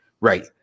Right